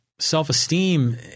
Self-esteem